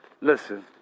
listen